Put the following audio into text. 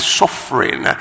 suffering